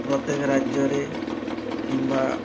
ପ୍ରତ୍ୟେକ ରାଜ୍ୟରେ କିମ୍ବା